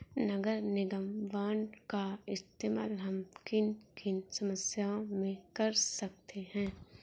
नगर निगम बॉन्ड का इस्तेमाल हम किन किन समस्याओं में कर सकते हैं?